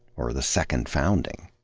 or the second founding.